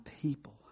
people